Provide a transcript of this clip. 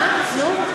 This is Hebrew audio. זהו?